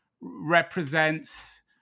represents